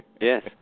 Yes